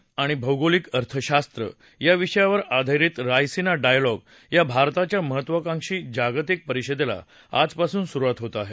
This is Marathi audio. भौगोलिक राजकारण आणि भौगोलिक अर्थशास्त्र या विषयावर आधारित रायसिना डायलॉग या भारताच्या महत्त्वाकांक्षी जागतिक परिषदेला आजपासून सुरुवात होत आहे